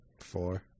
Four